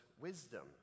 wisdom